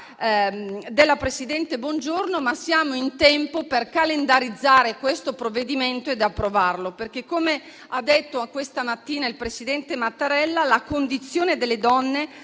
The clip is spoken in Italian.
della presidente Bongiorno, ma siamo in tempo per calendarizzare questo provvedimento ed approvarlo perché, come ha detto questa mattina il presidente Mattarella, la condizione delle donne